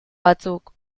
batzuk